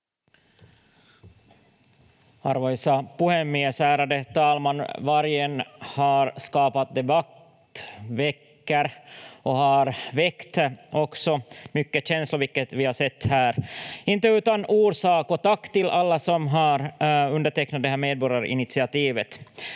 Arvoisa puhemies, ärade talman! Vargen har skapat debatt, väcker och har också väckt mycket känslor, vilket vi har sett här. Inte utan orsak, och tack till alla som har undertecknat det här medborgarinitiativet.